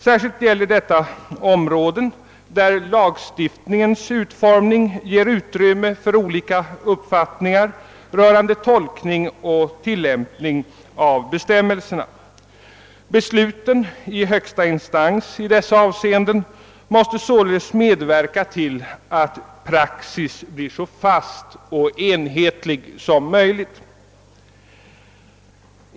Särskilt gäller detta områden där lagstiftningens utformning ger utrymme för olika uppfattningar rörande tolkning och tillämpning av bestämmelserna. Besluten i högsta instans i dessa avseenden måste således medverka till att praxis blir så fast och enhetlig som möjligt.